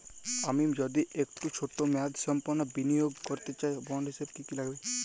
আমি যদি একটু ছোট মেয়াদসম্পন্ন বিনিয়োগ করতে চাই বন্ড হিসেবে কী কী লাগবে?